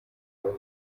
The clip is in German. einen